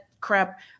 crap